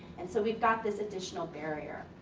and so, we've got this additional barrier.